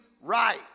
right